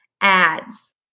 ads